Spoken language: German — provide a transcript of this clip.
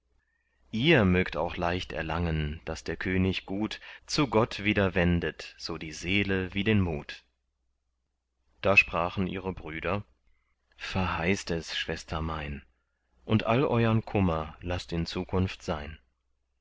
ihr mögt auch leicht erlangen daß der könig gut zu gott wieder wendet so die seele wie den mut da sprachen ihre brüder verheißt es schwester mein und all euern kummer laßt in zukunft sein